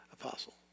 apostle